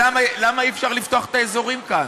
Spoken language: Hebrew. למה אי-אפשר לפתוח את האזורים כאן?